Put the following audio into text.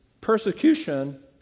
persecution